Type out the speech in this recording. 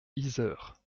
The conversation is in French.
yzeure